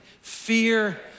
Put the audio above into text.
fear